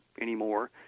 anymore